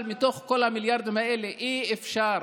אבל מתוך כל המיליארדים האלה אי-אפשר